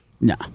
No